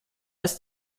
ist